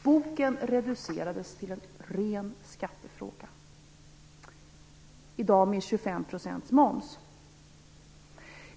Boken reducerades till en ren skattefråga - i dag med 25 % moms.